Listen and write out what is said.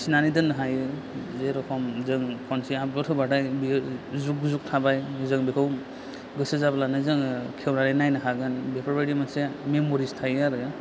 थिनानै दोन्नो हायो जेरेखम जों खनसे आफलद होबाथाय जुग जुग थाबाय जों बेखौ गोसो जाब्लानो जोङो खेवनानै नायनो हागोन बेफोरबादि मोनसे मेमरिस थायो आरो